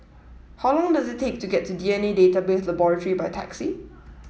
how long does it take to get to DNA Database Laboratory by taxi